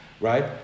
right